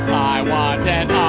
i want an